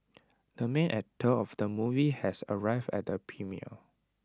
the main actor of the movie has arrived at the premiere